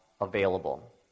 available